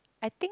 I think